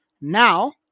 Now